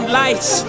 lights